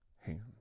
hands